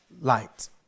light